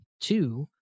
two